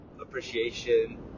appreciation